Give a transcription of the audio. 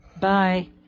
Bye